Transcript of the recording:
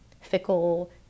fickle